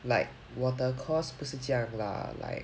like 我的 course 不是这样 lah like